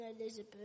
Elizabeth